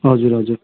हजुर हजुर